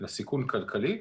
זה סיכון כלכלי.